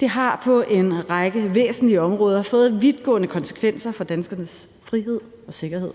Det har på en række væsentlige områder fået vidtgående konsekvenser for danskernes frihed og sikkerhed,